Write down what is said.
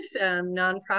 nonprofit